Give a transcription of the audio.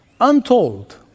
untold